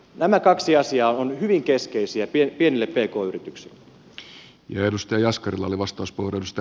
nämä kaksi asiaa ovat hyvin keskeisiä pienille pk yrityksille